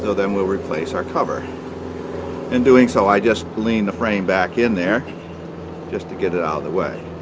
then we'll replace our cover in doing so i just lean the frame back in there just to get it out of the way